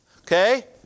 Okay